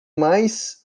mais